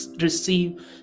receive